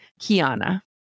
Kiana